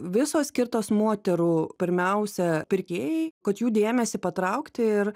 visos skirtos moterų pirmiausia pirkėjai kad jų dėmesį patraukti ir